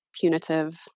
punitive